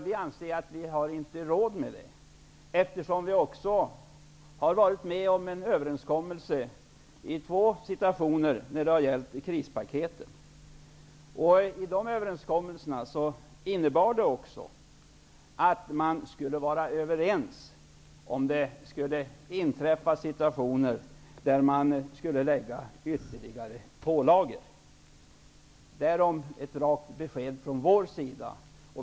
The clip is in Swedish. Vi anser att det inte finns utrymme för detta med tanke på överenskommelserna om de två krispaketen, som innebar att man skulle vara överens om införande av eventuella nya pålagor. Detta är ett rakt besked från vår sida.